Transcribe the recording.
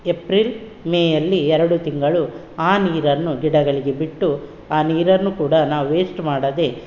April May ಅಲ್ಲಿ ಎರಡು ತಿಂಗಳು ಆ ನೀರನ್ನು ಗಿಡಗಳಿಗೆ ಬಿಟ್ಟು ಆ ನೀರನ್ನು ಕೂಡ ನಾವು ವೇಸ್ಟ್ ಮಾಡದೇ